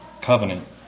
covenant